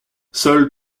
seules